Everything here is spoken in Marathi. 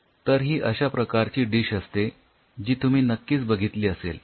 तर ही अश्या प्रकारची डिश असते जी तुम्ही नक्कीच बघितली असेल